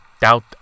doubt